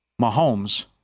Mahomes